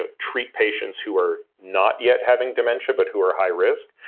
ah treat patients who are not yet having dementia but who are high risk,